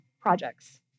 projects